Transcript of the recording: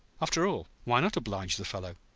after all, why not oblige the fellow?